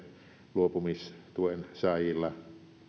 luopumistuen saajilla